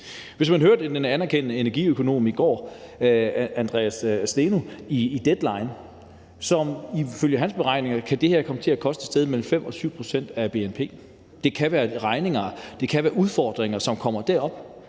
beslutninger. En anerkendt energiøkonom, Andreas Steno Larsen, sagde i går i Deadline, at ifølge hans beregninger kan det her komme til at koste et sted mellem 5 og 7 pct. af bnp. Det kan være regninger, det kan være udfordringer, som kommer derop.